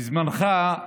בזמנך,